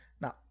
Now